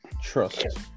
trust